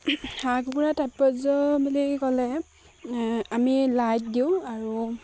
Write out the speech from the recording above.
হাঁহ কুকুৰা তাৎপৰ্য বুলি ক'লে আমি লাইট দিওঁ আৰু